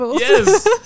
Yes